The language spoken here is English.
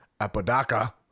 Apodaca